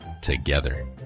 together